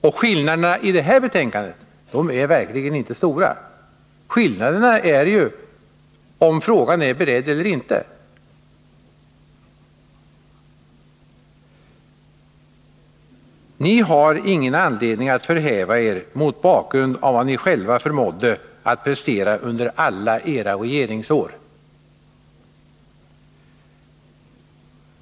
Och skillnaderna i det här betänkandet är verkligen inte stora. Det gäller ju bara om frågan är beredd eller inte. Ni har ingen anledning att förhäva er mot bakgrund av vad ni själva förmådde att prestera under alla era regeringsår.